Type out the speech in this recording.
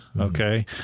okay